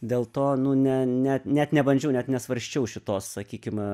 dėl to nu ne ne net nebandžiau net nesvarsčiau šitos sakykim